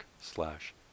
slash